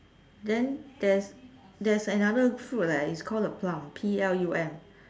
then there's there's another fruit leh it's called the plum P L U M